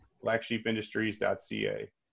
blacksheepindustries.ca